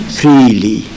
freely